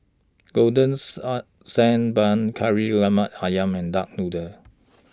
Golden Sand Bun Kari Lemak Ayam and Duck Noodle